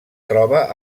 troba